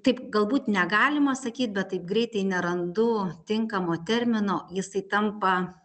taip galbūt negalima sakyt bet taip greitai nerandu tinkamo termino jisai tampa